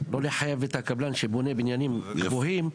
לחייב את הקבלן שבונה בניינים גבוהים,